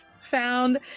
found